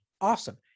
Awesome